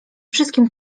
wszystkim